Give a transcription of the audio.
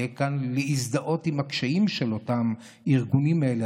יהיה לנו קל להזדהות עם הקשיים של הארגונים האלה,